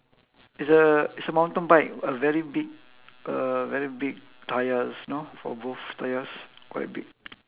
it's a it's a mountain bike a very big a very big tyres you know for both tyres quite big